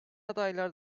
adaylar